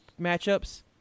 matchups